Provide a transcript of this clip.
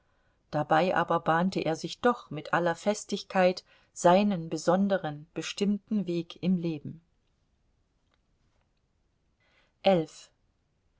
dabei aber bahnte er sich doch mit aller festigkeit seinen besonderen bestimmten weg im leben